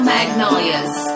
Magnolias